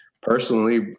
personally